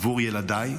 עבור ילדיי,